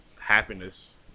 happiness